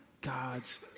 God's